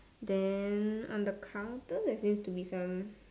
then on the counter there seems to be some